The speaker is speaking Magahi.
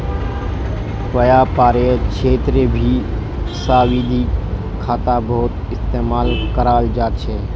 व्यापारेर क्षेत्रतभी सावधि खाता बहुत इस्तेमाल कराल जा छे